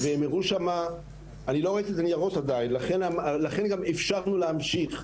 לא ראיתי עדיין את הניירות לכן אפשרנו להמשיך.